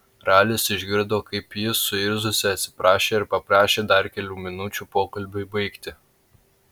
ralis išgirdo kaip ji suirzusi atsiprašė ir paprašė dar kelių minučių pokalbiui baigti